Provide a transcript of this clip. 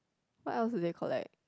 what else do they collect